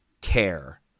care